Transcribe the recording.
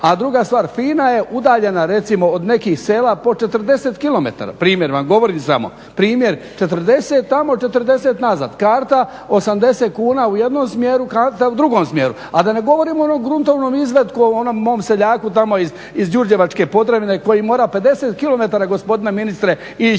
A druga stvar, FINA je udaljena recimo od nekih sela po 40 km, primjer vam govorim samo, primjer 40 tamo, 40 nazad, karta 80 kuna u jednom smjeru, karta u drugom smjeru, a da ne govorim o onom gruntovnom izvatku onom mom seljaku tamo iz Đurđevačke Podravine koji mora 50 km gospodine ministre ići